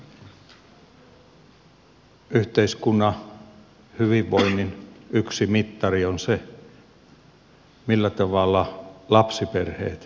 yhteiskunnan hyvinvoinnin yksi mittari on se millä tavalla lapsiperheet jaksavat